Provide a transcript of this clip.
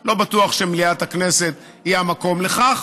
לא בטוח שמליאת הכנסת היא המקום לכך,